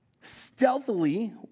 Stealthily